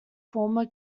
former